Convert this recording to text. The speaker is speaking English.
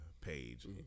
page